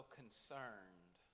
concerned